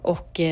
Och